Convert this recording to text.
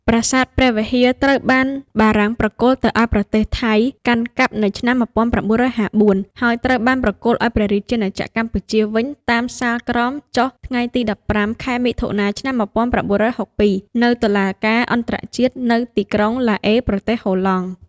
ប្រាសាទព្រះវិហារ ត្រូវបានបារាំងប្រគល់ទៅឱ្យប្រទេសថៃកាន់កាប់នៅឆ្នាំ១៩៥៤ ហើយត្រូវបានប្រគល់ឱ្យព្រះរាជាណាចក្រកម្ពុជាវិញតាមសាលក្រមចុះថ្ងៃទី១៥ ខែមិថុនា ឆ្នាំ១៩៦២ នៅតុលាការអន្តរជាតិនៅទីក្រុងឡាអេប្រទេសហូឡង់។